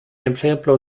ejemplo